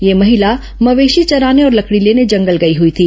यह महिला मवेशी चराने और लकड़ी लेने जंगल गई हई थी